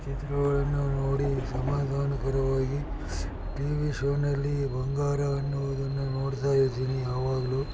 ಚಿತ್ರಗಳನ್ನು ನೋಡಿ ಸಮಾಧಾನಕರವಾಗಿ ಟಿವಿ ಶೋನಲ್ಲಿ ಬಂಗಾರ ಎನ್ನುವುದನ್ನು ನೋಡ್ತಾಯಿದ್ದೀನಿ ಯಾವಾಗಲೂ